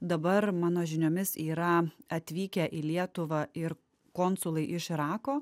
dabar mano žiniomis yra atvykę į lietuvą ir konsulai iš irako